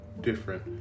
different